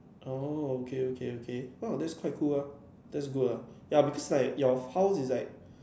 oh okay okay okay !wow! that's quite cool ah that's quite good ah because your house is like